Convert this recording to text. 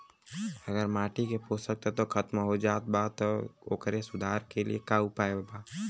अगर माटी के पोषक तत्व खत्म हो जात बा त ओकरे सुधार के लिए का उपाय बा?